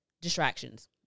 Distractions